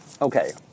Okay